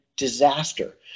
Disaster